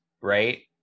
right